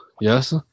yes